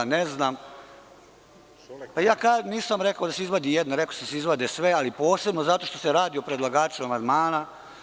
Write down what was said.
Nisam rekao da se izvadi jedna, rekao sam da se izvade sve, ali posebno zato što se radi o predlagaču amandmana.